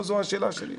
זאת השאלה שלי.